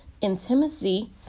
intimacy